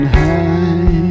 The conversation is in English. high